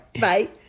Bye